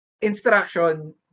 instruction